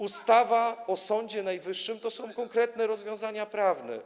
Ustawa o Sądzie Najwyższym zawiera konkretne rozwiązania prawne.